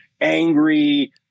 angry